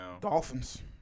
Dolphins